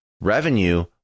Revenue